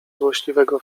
złośliwego